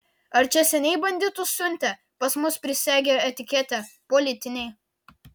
ar čia seniai banditus siuntė pas mus prisegę etiketę politiniai